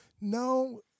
no